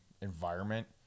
environment